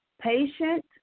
patient